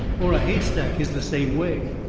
or a hay stack is the same way.